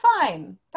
fine